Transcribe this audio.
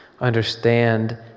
understand